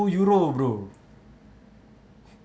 two euro bro